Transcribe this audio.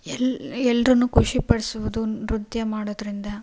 ಎಲ್ಲ ಎಲ್ಲರನ್ನು ಖುಷಿ ಪಡಿಸ್ಬೋದು ನೃತ್ಯ ಮಾಡೋದರಿಂದ